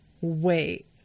wait